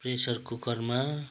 pressure कुकरमा